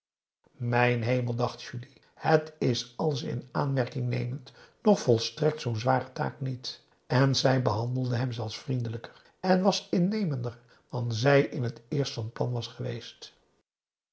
mijn hemel dacht julie het is alles in aanmerking nemend nog volstrekt zoo'n zware taak niet en zij behandelde hem zelfs vriendelijker en was innemender dan zij in t eerst van plan was geweest